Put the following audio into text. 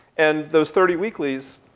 and those thirty weeklies,